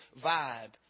vibe